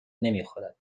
نمیخورد